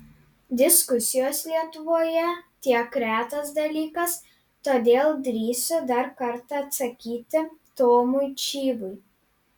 diskusijos lietuvoje tiek retas dalykas todėl drįsiu dar kartą atsakyti tomui čyvui